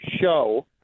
show